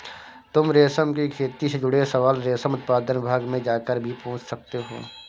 तुम रेशम की खेती से जुड़े सवाल रेशम उत्पादन विभाग जाकर भी पूछ सकते हो